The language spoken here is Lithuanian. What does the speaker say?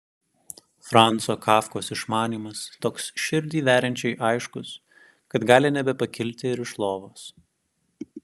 franco kafkos išmanymas toks širdį veriančiai aiškus kad gali nebepakilti ir iš lovos